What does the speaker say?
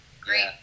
great